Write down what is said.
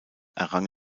errang